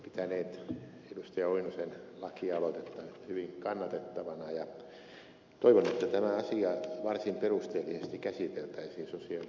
lauri oinosen lakialoitetta hyvin kannatettavana ja toivon että tämä asia varsin perusteellisesti käsiteltäisiin sosiaali ja terveysvaliokunnassa kun se nyt sinne on menossa